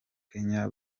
kenya